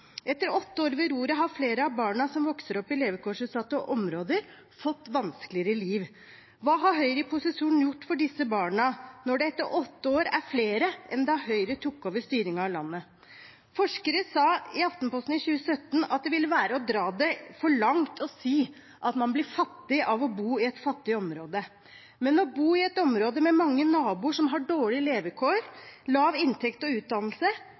Etter åtte ved roret har flere av barna som vokser opp i levekårsutsatte områder, fått vanskeligere liv. Hva har Høyre i posisjon gjort for disse barna når det etter åtte år er flere enn da Høyre tok over styringen av landet? Forskere sa i Aftenposten i 2017 at det ville være å dra det for langt å si at man blir fattig av å bo i et fattig område, men å bo i et område med mange naboer som har dårlige levekår, lav inntekt og lav utdannelse,